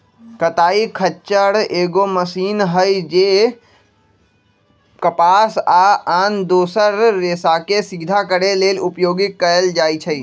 कताइ खच्चर एगो मशीन हइ जे कपास आ आन दोसर रेशाके सिधा करे लेल उपयोग कएल जाइछइ